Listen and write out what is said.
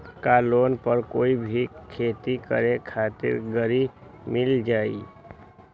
का लोन पर कोई भी खेती करें खातिर गरी मिल जाइ?